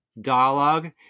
dialogue